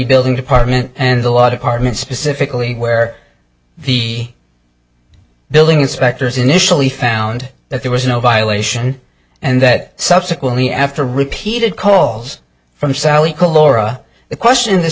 building department and the lot apartments specifically where the building inspectors initially found that there was no violation and that subsequently after repeated calls from sally quinn laura the question in this